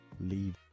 leave